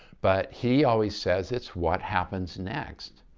but he always says it's what happens next.